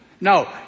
No